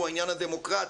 הוא העניין הדמוקרטי.